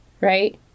right